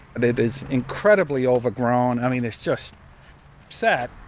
and it is incredibly overgrown. i mean, it's just sad.